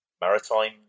maritime